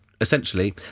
essentially